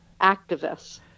activists